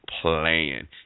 playing